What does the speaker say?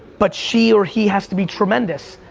but she or he has to be tremendous,